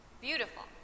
Beautiful